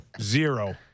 Zero